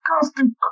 constant